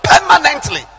permanently